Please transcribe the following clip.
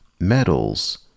metals